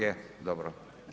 Je, dobro.